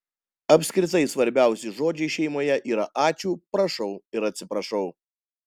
apskritai svarbiausi žodžiai šeimoje yra ačiū prašau ir atsiprašau